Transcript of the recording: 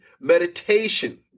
Meditation